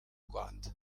rwanda